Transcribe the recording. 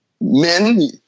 men